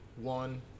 one